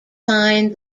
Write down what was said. sign